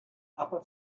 upper